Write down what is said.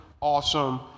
awesome